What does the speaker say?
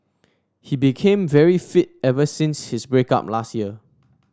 he became very fit ever since his break up last year